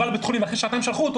לבית חולים ואחרי שעתיים שלחו אותו,